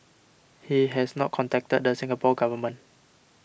he has not contacted the Singapore Government